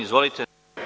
Izvolite.